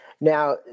Now